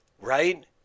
Right